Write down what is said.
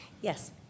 yes